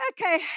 Okay